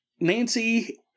Nancy